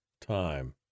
time